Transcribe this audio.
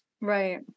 Right